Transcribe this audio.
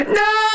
no